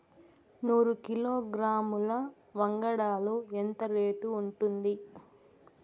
నూరు కిలోగ్రాముల వంగడాలు ఎంత రేటు ఉంటుంది?